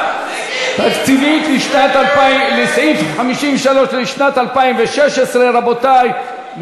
תקציבית לסעיף 53 לשנת 2016. רבותי,